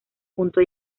punto